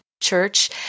church